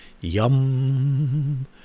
Yum